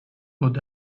good